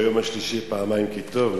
ביום השלישי פעמיים כי טוב.